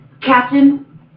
Captain